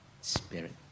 spirit